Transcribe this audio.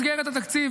היושב-ראש התחלף,